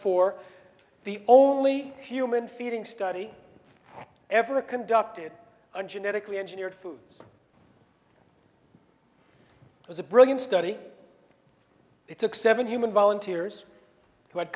four the only human feeding study ever conducted on genetically engineered food was a brilliant study it took seven human volunteers wh